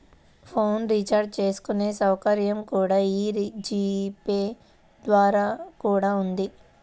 phone recharge చేసుకునే సౌకర్యం కూడా యీ జీ పే ద్వారా కూడా ఉంది